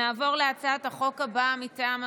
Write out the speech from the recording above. נעבור להצעת החוק הבאה מטעם הממשלה,